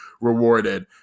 rewarded